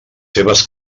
seves